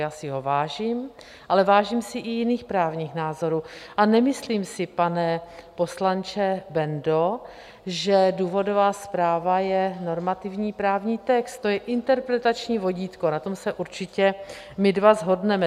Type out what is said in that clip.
Já si ho vážím, ale vážím si i jiných právních názorů, a nemyslím si, pane poslanče Bendo, že důvodová zpráva je normativní právní text to je interpretační vodítko, na tom se určitě my dva shodneme.